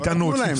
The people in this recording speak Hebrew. יש קייטנות ,